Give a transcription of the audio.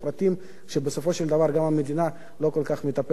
שבסופו של דבר גם המדינה לא כל כך מטפלת בעניין הזה.